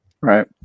right